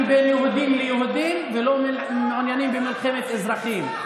בין יהודים ליהודים ולא מעוניינים במלחמת אזרחים.